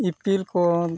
ᱤᱯᱤᱞ ᱠᱚ